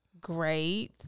Great